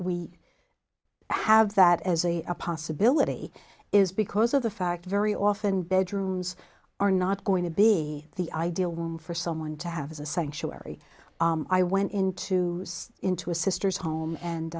i have that as a possibility is because of the fact very often bedrooms are not going to be the ideal one for someone to have a sanctuary i went into into a sister's home and